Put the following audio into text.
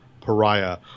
Pariah